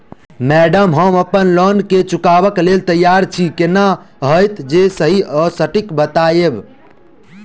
Madam हम अप्पन loan केँ चुकाबऽ लैल तैयार छी केना हएत जे सही आ सटिक बताइब?